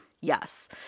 yes